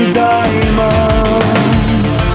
diamonds